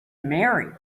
marry